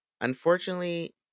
unfortunately